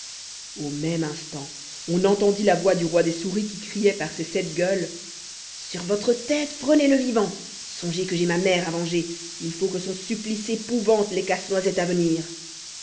au même instant on entendit la voix du roi des souris qui criait par ses sept gueules sur votre tête prenez-le vivant songez que j'ai ma mère à venger il faut que son supplice épouvante les casse noisettes à venir